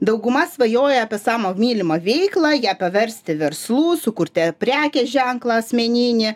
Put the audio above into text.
dauguma svajoja apie savo mylimą veiklą ją paversti verslu sukurti prekės ženklą asmeninį